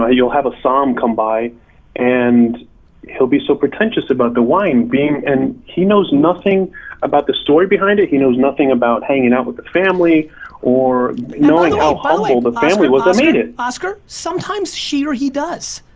ah you'll have a som come by and he'll be so pretentious about the wine being, and he knows nothing about the story behind it, he knows nothing about hanging out with the family or knowing how humble the family was that made it. oscar, sometimes she or he does.